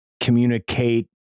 communicate